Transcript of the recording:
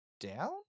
down